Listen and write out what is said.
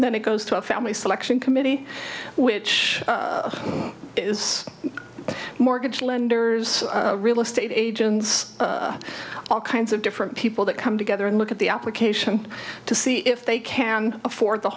then it goes to a family selection committee which is mortgage lenders real estate agents all kinds of different people that come together and look at the application to see if they can afford the